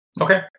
Okay